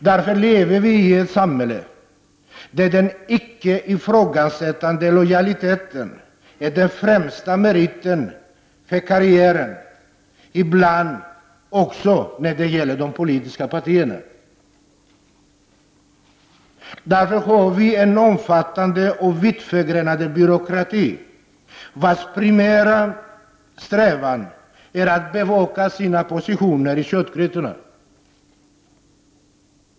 Vi lever därför i ett samhälle där den icke ifrågasättande lojaliteten är den främsta meriten för karriären — ibland också när det gäller de politiska partierna. Vi har därför en omfattande och vittförgrenad byråkrati, vars primära strävan är att bevaka sina positioner vid köttgrytorna.